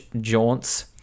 jaunts